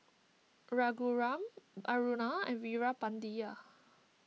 Raghuram Aruna and Veerapandiya